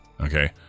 Okay